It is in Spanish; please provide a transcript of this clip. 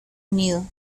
unido